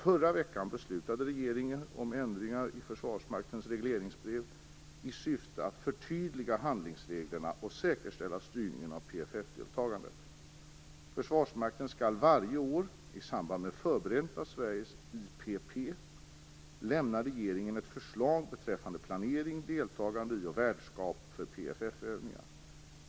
Förra veckan beslutade regeringen om ändringar i Försvarsmaktens regleringsbrev i syfte att förtydliga handlingsreglerna och säkerställa styrningen av PFF-deltagandet. Försvarsmakten skall varje år, i samband med förberedandet av Sveriges IPP, lämna regeringen ett förslag beträffande planering, deltagande i och värdskap för PFF-övningar.